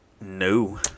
No